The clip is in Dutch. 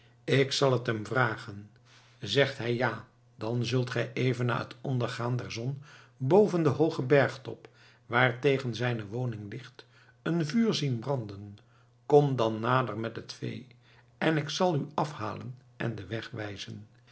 ik zal het hem vragen zegt hij ja dan zult gij even na het ondergaan der zon boven den hoogen bergtop waartegen zijne woning ligt een vuur zien branden kom dan nader met het vee en ik zal u afhalen en den